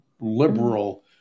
liberal